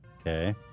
Okay